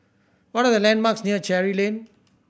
what are the landmarks near Cherry Avenue